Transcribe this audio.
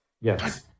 yes